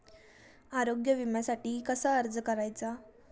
आरोग्य विम्यासाठी कसा अर्ज करायचा?